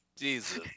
Jesus